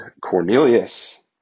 Cornelius